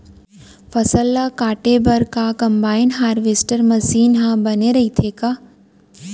फसल ल काटे बर का कंबाइन हारवेस्टर मशीन ह बने रइथे का?